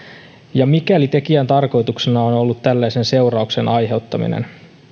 ja mikäli tekijän tarkoituksena on on ollut tällaisen seurauksen aiheuttaminen